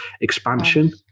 expansion